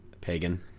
Pagan